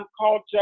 culture